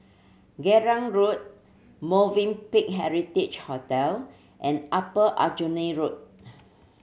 Geylang Road Movenpick Heritage Hotel and Upper Aljunied Road